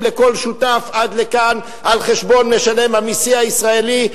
לכל שותף עד לכאן על חשבון משלם המסים הישראלי,